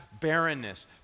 barrenness